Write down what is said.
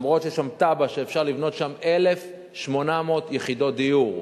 אף שיש שם תב"ע שאפשר לבנות שם 1,800 יחידות דיור,